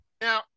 Now